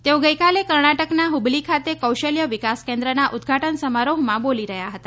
તેઓ ગઇકાલે કર્ણાટકના હુબલી ખાતે કૌશલ્ય વિકાસ કેન્દ્રના ઉદઘાટન સમારોહમાં બોલી રહ્યા હતા